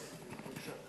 בבקשה.